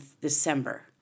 December